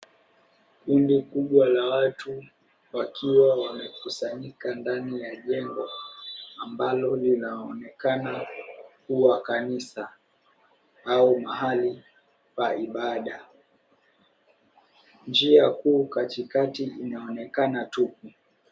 Kundi kubwa la watu wakiwa wamekusanyika ndani ya jengo ambalo linaonekana kuwa kanisa au mahali pa ibada. Njia kuu katikati inaonekana tupu.